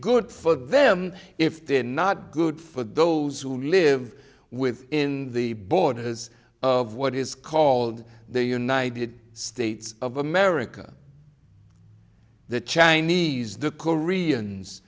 good for them if they're not good for those who live within the borders of what is called the united states of america the chinese the koreans